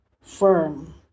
firm